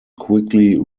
quickly